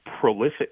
prolific